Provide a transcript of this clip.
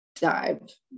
dive